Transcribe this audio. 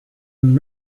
and